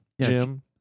Jim